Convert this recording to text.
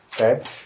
okay